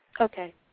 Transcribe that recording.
Okay